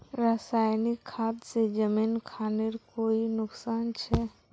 रासायनिक खाद से जमीन खानेर कोई नुकसान छे?